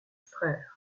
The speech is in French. frères